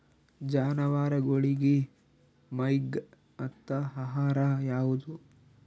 ಜಾನವಾರಗೊಳಿಗಿ ಮೈಗ್ ಹತ್ತ ಆಹಾರ ಯಾವುದು?